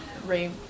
Ray